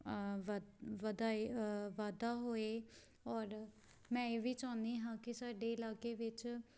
ਵਧ ਵਧਾਈ ਵਾਧਾ ਹੋਏ ਔਰ ਮੈਂ ਇਹ ਵੀ ਚਾਹੁੰਦੀ ਹਾਂ ਕਿ ਸਾਡੇ ਇਲਾਕੇ ਵਿੱਚ